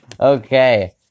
Okay